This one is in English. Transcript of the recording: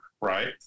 right